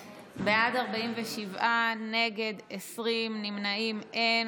בעד, 47, נגד, 20, נמנעים, אין.